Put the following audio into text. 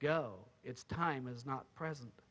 go it's time is not present